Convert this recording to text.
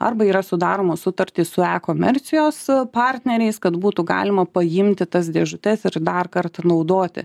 arba yra sudaromos sutartys su e komercijos a partneriais kad būtų galima paimti tas dėžutes ir dar kartą naudoti